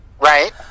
Right